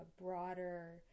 broader